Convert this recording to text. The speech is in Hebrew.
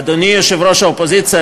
אדוני יושב-ראש האופוזיציה,